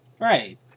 Right